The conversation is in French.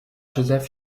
joseph